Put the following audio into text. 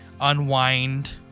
unwind